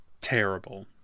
terrible